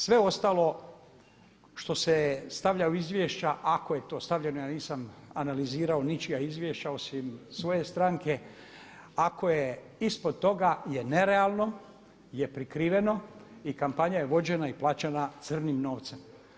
Sve ostalo što se stavlja u izvješća, ako je to stavljeno, ja nisam analizirao ničija izvješća osim svoje stranke, ako je ispod toga je nerealno, je prikriveno i kampanja je vođena i plaćana crnim novce.